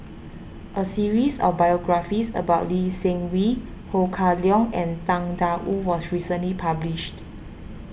a series of biographies about Lee Seng Wee Ho Kah Leong and Tang Da Wu was recently published